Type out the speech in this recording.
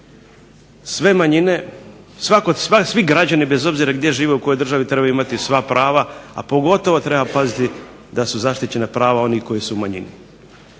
sve manjine, svi građani bez obzira gdje žive, u kojoj državi, trebaju imati sva prava, a pogotovo treba paziti da su zaštićena prava onih koji su u manjini,